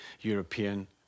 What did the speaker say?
European